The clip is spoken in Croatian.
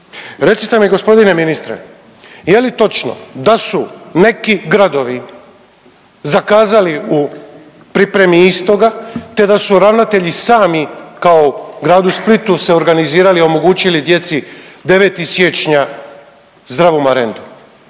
Recite mi g. ministre, je li točno da su neki gradovi zakazali u pripremi istoga te da su ravnatelji sami, kao u Gradu Splitu se organizirali i omogućili djeci 9. siječnja zdravu marendu?